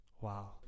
wow